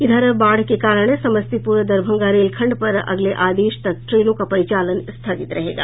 इधर बाढ़ के कारण समस्तीपूर दरभंगा रेलखंड पर अगले आदेश तक ट्रेनों का परिचालन स्थगित रहेगा